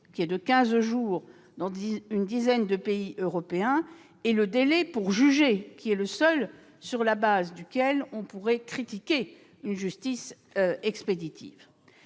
qui est de quinze jours dans une dizaine de pays européens, et le délai pour juger, qui est le seul sur la base duquel on pourrait critiquer une justice expéditive.